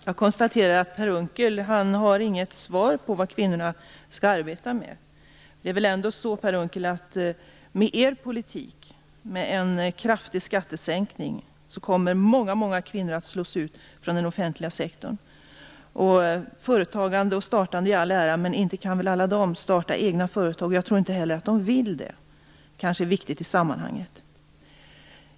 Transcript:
Fru talman! Jag konstaterar att Per Unckel inte har något svar på vad kvinnorna skall arbeta med. Det är väl ändå så att med er politik, med en kraftig skattesänkning, kommer många kvinnor att slås ut från den offentliga sektorn. Företagande och startande av egna företag i all ära, men inte kan väl alla dessa kvinnor starta egna företag? Jag tror inte heller att de vill det - det kanske är viktigt i sammanhanget.